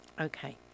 Okay